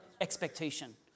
Expectation